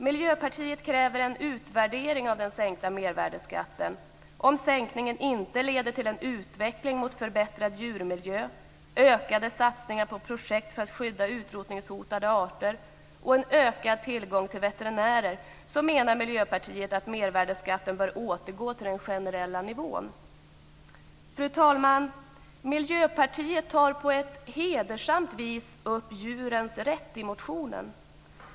Miljöpartiet kräver en utvärdering av den sänkta mervärdesskatten. Om sänkningen inte leder till en utveckling mot förbättrad djurmiljö, ökade satsningar på projekt för att skydda utrotningshotade arter och en ökad tillgång till veterinärer menar Miljöparitet att mervärdesskatten bör återgå till den generella nivån. Fru talman! Miljöpartiet tar på ett hedersamt vis upp djurens rätt i motionen.